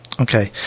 Okay